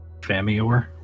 Famior